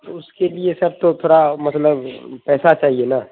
اس کے لیے سر تو تھوڑا مطلب پیسہ چاہیے نا